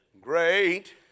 Great